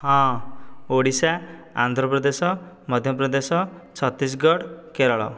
ହଁ ଓଡ଼ିଶା ଆନ୍ଧ୍ରପ୍ରଦେଶ ମଧ୍ୟପ୍ରଦେଶ ଛତିଶଗଡ଼ କେରଳ